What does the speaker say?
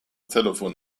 telefon